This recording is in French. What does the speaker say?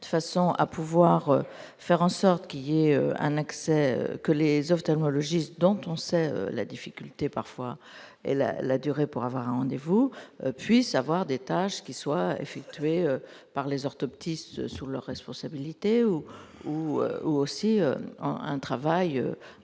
de façon à pouvoir faire en sorte qu'il y ait un accès que les ophtalmologistes dont on sait la difficulté parfois et la la durée pour avoir un rendez-vous puisse avoir des tâches qui soient effectués par les orthoptistes sous leur responsabilité ou ou aussi un travail